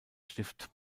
stift